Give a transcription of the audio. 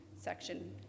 section